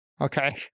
okay